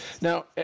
Now